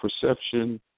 perception